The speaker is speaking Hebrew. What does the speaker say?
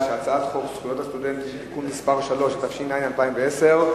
זכויות הסטודנט (תיקון מס' 3), התש"ע 2010,